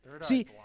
See